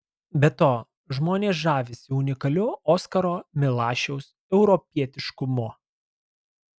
be to žmonės žavisi unikaliu oskaro milašiaus europietiškumu